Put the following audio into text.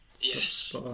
Yes